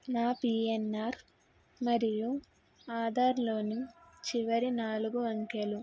నా పిఎన్ఆర్ మరియు ఆధార్లోని చివరి నాలుగు అంకెలు